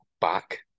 back